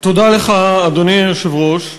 אדוני היושב-ראש,